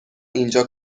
اینجا